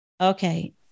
Okay